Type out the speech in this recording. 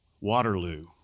Waterloo